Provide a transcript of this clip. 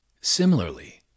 Similarly